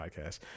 podcast